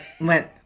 went